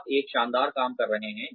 आप एक शानदार काम कर रहे हैं